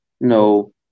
no